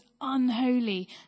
unholy